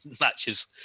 matches